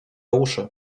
uszy